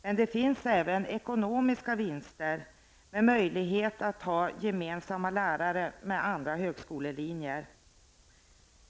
Men det finns även ekonomiska vinster med möjligheterna att ha lärare som är gemensamma för olika högskolelinjer.